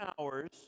hours